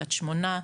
בקריית שמונה,